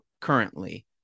currently